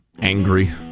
Angry